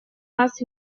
нас